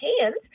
Hands